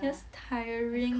just tiring